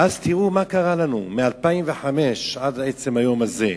ואז תראו מה קרה לנו, מ-2005 עד עצם היום הזה,